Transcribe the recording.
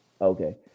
Okay